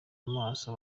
amaso